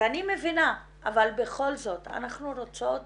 אז אני מבינה, אבל בכל זאת אנחנו רוצות